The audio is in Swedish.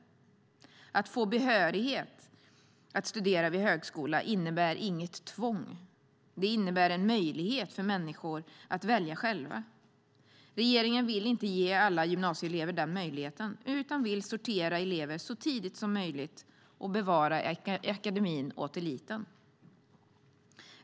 Att få behörighet att studera vid högskola innebär inget tvång. Det innebär en möjlighet för människor att välja själva. Regeringen vill inte ge alla gymnasieelever den möjligheten utan vill sortera eleverna så tidigt som möjligt och bevara akademin åt eliten.